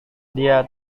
dia